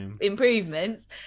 improvements